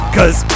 Cause